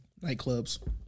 nightclubs